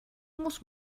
muss